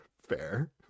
Fair